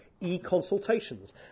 e-consultations